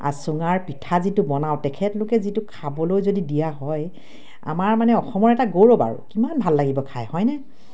চুঙাৰ পিঠা যিটো বনাওঁ তেখেতলোকে যিটো খাবলৈ যদি দিয়া হয় আমাৰ মানে অসমৰ এটা গৌৰৱ আৰু কিমান ভাল লাগিব খায় হয়নে